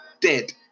dead